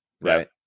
right